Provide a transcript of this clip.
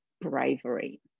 bravery